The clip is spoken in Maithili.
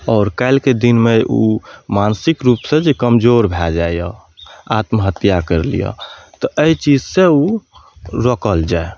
आओर काल्हिके दिनमे माओ नसिक रूपसँ जे कमजोर भए जाइए आत्महत्या करि लैए तऽ एहि चीज से ओ रोकल जाए